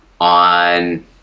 on